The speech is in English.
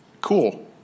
cool